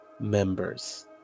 members